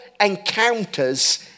encounters